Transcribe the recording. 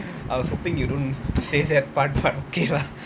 I was hoping you don't say that part but okay lah